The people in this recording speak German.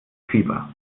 fieber